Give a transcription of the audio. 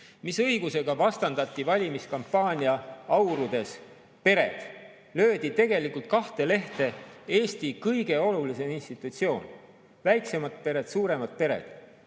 Mis õigusega vastandati valimiskampaania aurudes pered? Löödi kahte lehte Eesti kõige olulisem institutsioon, väiksemad pered, suuremad pered.